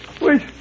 Wait